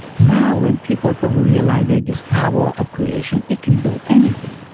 now, when people don't realize that this power of creation, it can do anything.